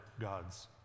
gods